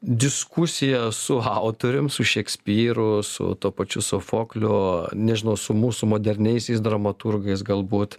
diskusija su autorium su šekspyru su tuo pačiu sofokliu nežinau su mūsų moderniaisiais dramaturgais galbūt